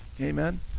Amen